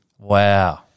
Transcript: Wow